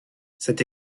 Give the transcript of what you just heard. cette